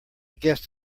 guessed